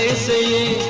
see